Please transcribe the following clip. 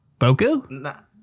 boku